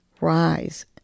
Rise